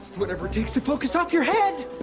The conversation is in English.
whatever takes the focus off your head.